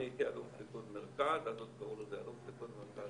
אני הייתי אלוף פיקוד מרכז אז עוד קראו לזה אלוף פיקוד מרכז,